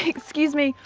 excuse me,